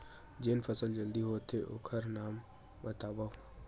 जेन फसल जल्दी होथे ओखर नाम बतावव?